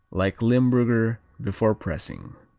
like limburger, before pressing.